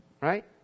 Right